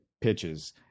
pitches